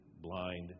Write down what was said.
blind